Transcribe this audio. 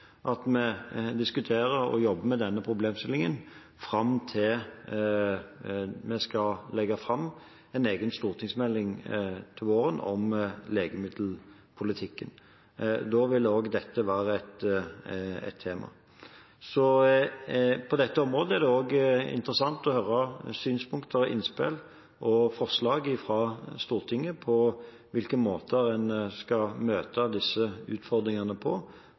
jobber med denne problemstillingen fram til vi skal legge fram en egen stortingsmelding til våren om legemiddelpolitikken. Da vil også dette være et tema, så på dette området er det interessant å høre synspunkter, innspill og forslag fra Stortinget til hvilke måter en skal møte disse utfordringene på,